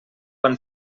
han